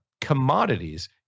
commodities